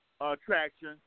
attraction